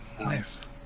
nice